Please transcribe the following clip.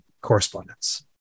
correspondence